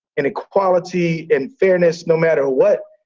and equality, and fairness no matter what.